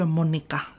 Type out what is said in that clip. Monica